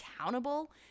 accountable